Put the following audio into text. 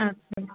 ਅੱਛਾ